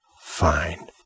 Fine